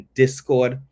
discord